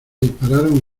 dispararon